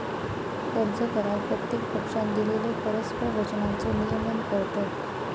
कर्ज करार प्रत्येक पक्षानं दिलेल्यो परस्पर वचनांचो नियमन करतत